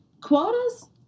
quotas